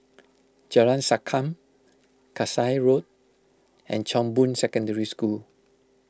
Jalan Sankam Kasai Road and Chong Boon Secondary School